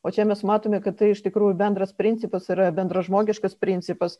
o čia mes matome kad tai iš tikrųjų bendras principas yra bendražmogiškas principas